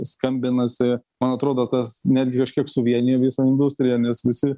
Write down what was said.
skambinasi man atrodo tas netgi kažkiek suvienijo visą industriją nes visi